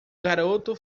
garoto